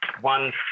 one